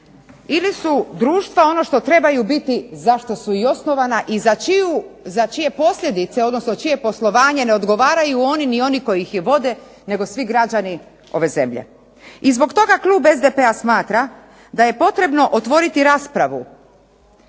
Ili su društva ono što trebaju biti zašto su i osnovana i za čije posljedice odnosno za čije poslovanje ne odgovaraju oni ni onih koji je vode nego svi građani ove zemlje. I zbog toga klub SDP-a smatra da je potrebno otvoriti raspravu